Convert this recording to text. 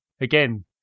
Again